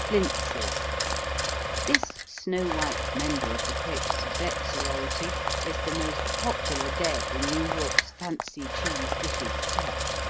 blintzes this snow white member of the crepes suzette sorority is the most popular deb in new york's fancy cheese dishes set.